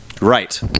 Right